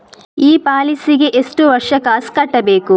ಈ ಪಾಲಿಸಿಗೆ ಎಷ್ಟು ವರ್ಷ ಕಾಸ್ ಕಟ್ಟಬೇಕು?